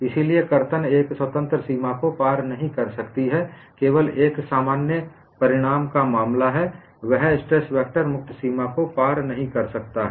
इसलिए कर्तन एक स्वतंत्र सीमा को पार नहीं कर सकती है केवल एक सामान्य परिणाम का मामला है वह स्ट्रेस वेक्टर मुक्त सीमा को पार नहीं कर सकता है